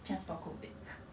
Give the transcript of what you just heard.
just for COVID